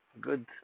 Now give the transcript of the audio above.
good